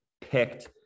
picked